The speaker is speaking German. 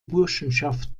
burschenschaft